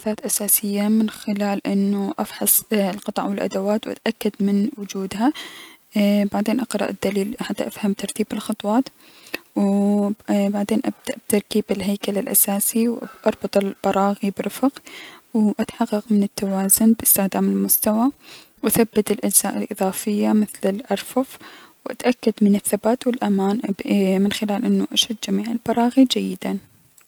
اثاث اساسية من خلال انو افحص القطع و الأدوات و اتأكد من وجودها ايي- بعدين اقرأ الدليل لحتى افهم ترتيب الخطوات، و اي بعدين ابدأ بترتيب الهيكل الأساسي و اربط البراغي برفق و اتحقق من التوازن بأستخدام المستوى و اثبت الأجزاء الأساسية مثل الأرفف، و اتاكد من الثبات و الأمان اي اب من خلال من خلال اني اشد جميع البراغي جيدا.